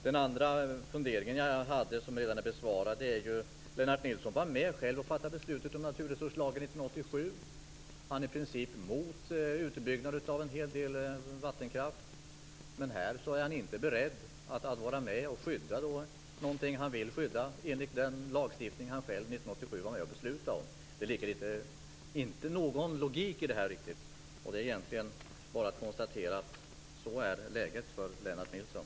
Den andra fundering jag hade har redan blivit besvarad. Lennart Nilsson var själv med att fatta beslut om naturresurslagen 1987. Han är i princip mot en utbyggnad av en hel del vattenkraft. Men här är han inte beredd att skydda någonting som han vill skydda enligt den lagstiftning han själv 1987 fattade beslut om. Det finns inte riktigt någon logik i detta. Det är egentligen bara att konstatera att så är läget för Lennart Nilsson.